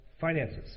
finances